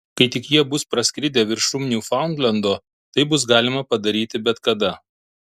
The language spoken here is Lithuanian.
kai tik jie bus praskridę viršum niufaundlendo tai bus galima padaryti bet kada